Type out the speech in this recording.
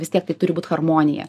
vis tiek tai turi būt harmonija